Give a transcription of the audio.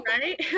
right